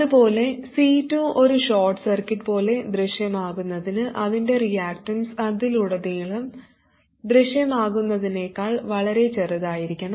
അതുപോലെ C2 ഒരു short circuit പോലെ ദൃശ്യമാകുന്നതിന് അതിൻറെ റിയാക്ടൻസ് അതിലുടനീളം ദൃശ്യമാകുന്നതിനേക്കാൾ വളരെ ചെറുതായിരിക്കണം